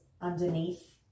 underneath